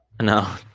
No